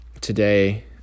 today